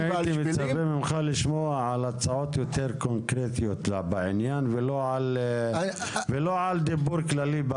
אני מצפה לשמוע ממך על הצעות יותר קונקרטיות בעניין ולא דיבור כללי,